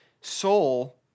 soul